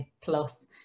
plus